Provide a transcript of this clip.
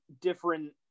different